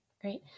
great